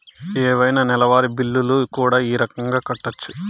ఏవైనా నెలవారి బిల్లులు కూడా ఈ రకంగా కట్టొచ్చు